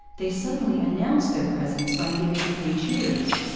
they suddenly announced their presence by giving three cheers.